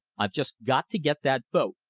i've just got to get that boat.